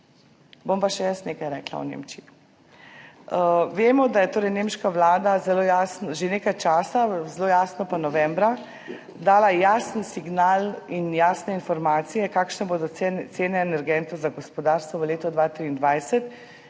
Bom pa še jaz nekaj rekla o Nemčiji. Vemo, da je torej nemška vlada že nekaj časa, zelo jasno pa novembra, dala jasen signal in jasne informacije, kakšne bodo cene energentov za gospodarstvo v letu 2023